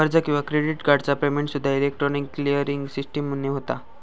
कर्ज किंवा क्रेडिट कार्डचा पेमेंटसूद्दा इलेक्ट्रॉनिक क्लिअरिंग सिस्टीमने होता